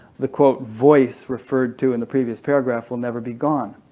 the voice referred to in the previous paragraph will never be gone,